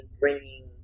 bringing